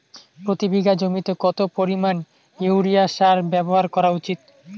প্রতি বিঘা জমিতে কত পরিমাণ ইউরিয়া সার ব্যবহার করা উচিৎ?